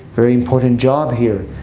very important job here.